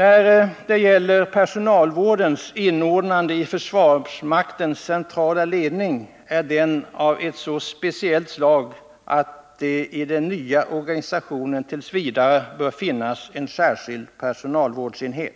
Beträffande personalvårdens inordnande i försvarsmaktens centrala ledning kan man säga att personalvården är av ett så speciellt slag att det i den nya organisationen t. v. bör finnas en särskild personalvårdsenhet.